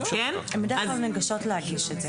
--- הן בדרך כלל ניגשות להגיש את זה.